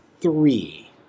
three